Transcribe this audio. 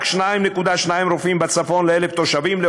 רק 2.2 רופאים בצפון ל-1,000 תושבים,